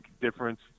difference